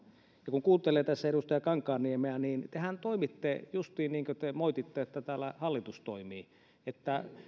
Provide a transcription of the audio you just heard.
kun kuuntelee tässä edustaja kankaanniemeä niin tehän toimitte justiin niin kuin te moititte että täällä hallitus toimii